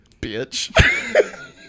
bitch